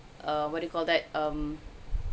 uh what do you call that um